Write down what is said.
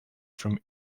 from